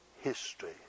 history